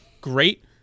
great